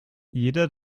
jeder